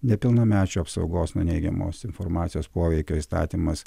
nepilnamečių apsaugos nuo neigiamos informacijos poveikio įstatymas